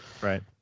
Right